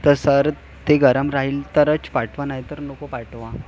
तर सर ते गरम राहील तरच पाठवा नाही तर नको पाठवा